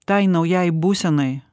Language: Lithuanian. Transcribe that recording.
tai naujai būsenai